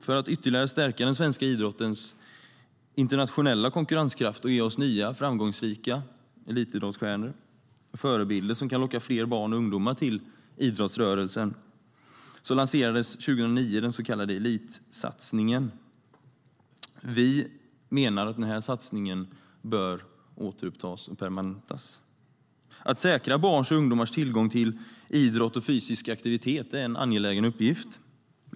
För att ytterligare stärka den svenska idrottens internationella konkurrenskraft och för att få nya framgångsrika elitidrottsstjärnor och förebilder som kan locka fler barn och ungdomar till idrottsrörelsen lanserades 2009 den så kallade elitsatsningen. Vi menar att den satsningen bör återupptas och permanentas. Att säkra barns och ungdomars tillgång till idrott och fysisk aktivitet är en angelägen uppgift.